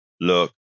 look